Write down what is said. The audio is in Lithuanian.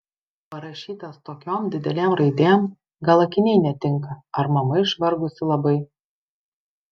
parašytas tokiom didelėm raidėm gal akiniai netinka ar mama išvargusi labai